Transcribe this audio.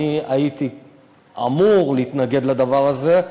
אני הייתי אמור להתנגד לדבר הזה,